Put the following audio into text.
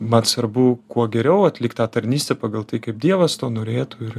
man svarbu kuo geriau atlikt tą tarnystę pagal tai kaip dievas to norėtų ir